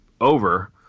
over